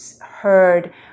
heard